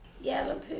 Yellow